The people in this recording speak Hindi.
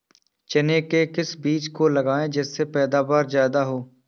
चने के किस बीज को लगाएँ जिससे पैदावार ज्यादा हो?